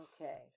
Okay